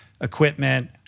equipment